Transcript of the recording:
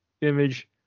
image